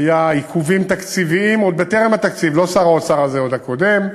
היו עיכובים תקציביים עוד בטרם אושר התקציב,